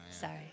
Sorry